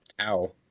Ow